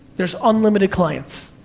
there's unlimited clients.